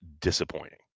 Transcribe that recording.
disappointing